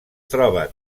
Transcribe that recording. troba